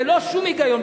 ללא שום היגיון,